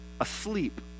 asleep